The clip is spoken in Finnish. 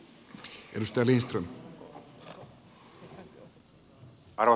arvoisa herra puhemies